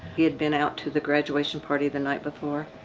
he had been out to the graduation party the night before.